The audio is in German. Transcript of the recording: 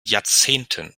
jahrzehnten